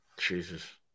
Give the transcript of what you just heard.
jesus